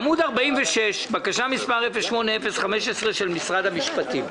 עמוד 46, בקשה מס' 08-015 של משרד המשפטים.